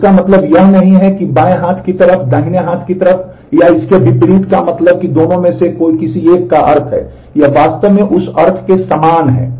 तो इसका मतलब यह नहीं है कि बाएं हाथ की तरफ दाहिने हाथ की तरफ या इसके विपरीत का मतलब है कि दोनों में से किसी एक का अर्थ है वे वास्तव में उस अर्थ में समान हैं